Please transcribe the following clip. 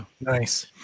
Nice